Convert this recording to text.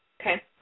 Okay